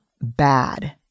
bad